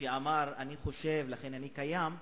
שאמר: "אני חושב, לכן אני קיים",